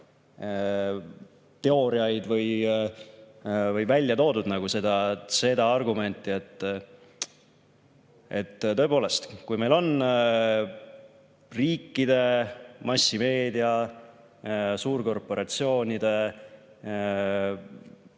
teooriaid või on välja toodud seda argumenti, et kui meil on riikides massimeedia suurkorporatsioonide